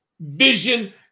vision